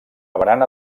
barana